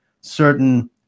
certain